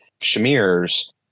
Shamir's